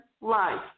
life